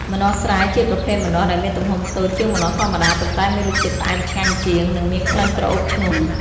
ម្នាស់ស្រែ ជាប្រភេទម្នាស់ដែលមានទំហំតូចជាងម្នាស់ធម្មតា ប៉ុន្តែមានរសជាតិផ្អែមឆ្ងាញ់ជាង និងមានក្លិនក្រអូបឈ្ងុយ។